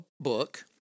book